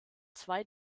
zwei